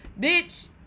Bitch